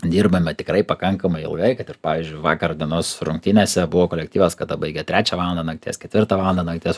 dirbame tikrai pakankamai ilgai kad ir pavyzdžiui vakar dienos rungtynėse buvo kolektyvas kada baigė trečią valandą nakties ketvirtą valandą nakties